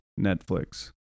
Netflix